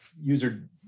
user